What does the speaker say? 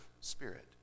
spirit